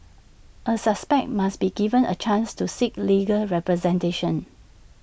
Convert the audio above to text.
A suspect must be given A chance to seek legal representation